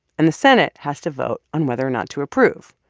and the senate has to vote on whether or not to approve.